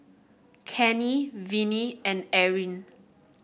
Cannie Viney and Eryn